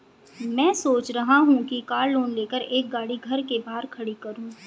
मैं सोच रहा हूँ कि कार लोन लेकर एक गाड़ी घर के बाहर खड़ी करूँ